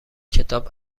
کتاب